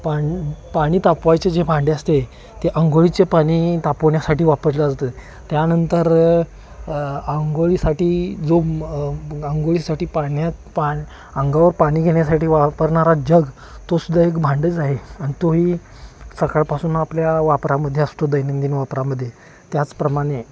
पाण पाणी तापवायचे जे भांडे असते ते आंघोळीचे पाणी तापवण्यासाठी वापरलं जातं त्यानंतर आंंघोळीसाठी जो मग आंंघोळीसाठी पाण्यात पाण अंगावर पाणी घेण्यासाठी वापरणारा जग तो सुद्धा एक भांडंच आहे आणि तोही सकाळपासून आपल्या वापरामध्ये असतो दैनंदिन वापरामध्ये त्याचप्रमाणे